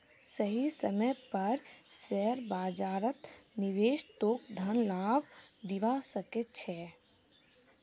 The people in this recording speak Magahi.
सही समय पर शेयर बाजारत निवेश तोक धन लाभ दिवा सके छे